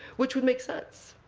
which would make sense.